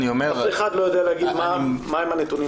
אף אחד לא יודע להגיד מה הם הנתונים האמיתיים,